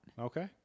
Okay